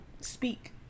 speak